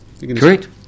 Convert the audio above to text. Correct